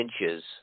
inches